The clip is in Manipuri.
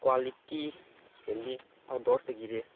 ꯀ꯭ꯋꯥꯂꯤꯇꯤ ꯍꯦꯜꯂꯤ ꯑꯥꯎꯠꯗꯣꯔꯁꯇꯒꯤꯗꯤ